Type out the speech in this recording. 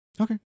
Okay